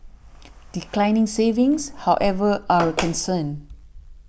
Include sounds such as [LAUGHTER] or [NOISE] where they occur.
declining savings however are [NOISE] a concern